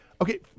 Okay